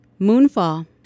Moonfall